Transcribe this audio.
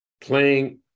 playing